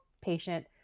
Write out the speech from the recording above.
patient